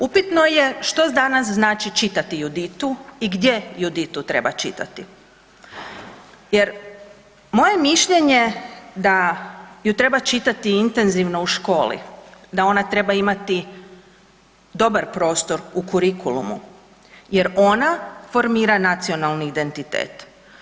Upitno je što danas znači čitati „Juditu“ i gdje „Juditu“ treba čitati jer moje mišljenje da ju treba čitati intenzivno u školi, da ona treba imati dobar prostor u kurikulumu jer ona formira nacionalni identitet.